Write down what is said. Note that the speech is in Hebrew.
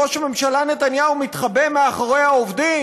ראש הממשלה נתניהו מתחבא מאחורי העובדים.